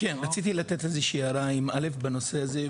כן רציתי לתת איזה שהיא הארה בנושא הזה,